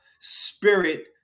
spirit